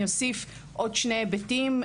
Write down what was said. אני אוסיף עוד שני היבטים.